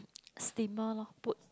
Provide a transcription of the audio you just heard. steamer lor put